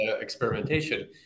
experimentation